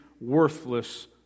worthless